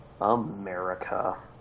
America